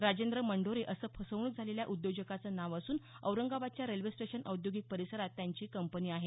राजेंद्र मंडोरे असं फसवणूक झालेल्या उद्योजकाचं नाव असून औरंगाबादच्या रेल्वे स्टेशन औद्योगिक परिसरात त्यांची कंपनी आहे